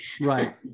Right